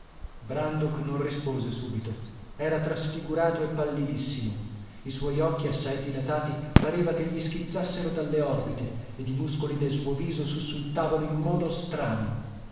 centauro brandok non rispose subito era trasfigurato e pallidissimo i suoi occhi assai dilatati pareva che gli schizzassero dalle orbite ed i muscoli del suo viso sussultavano in modo strano